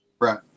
Right